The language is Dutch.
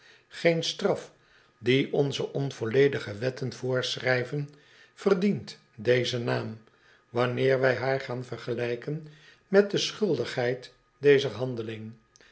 geen straf die onze onvolledige wetten voorschrijven verdient dezen naam wanneer wij haar gaan vergeleken met de schuldigheid dezer handeling